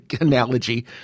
analogy